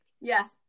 Yes